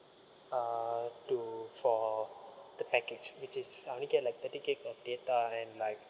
uh to for the package which is I only get like thirty gig of data and like